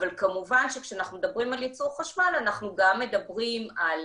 אבל כמובן שכשאנחנו מדברים על ליצור חשמל אנחנו גם מדברים על